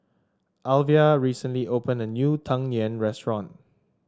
Alvia recently opened a new Tang Yuen restaurant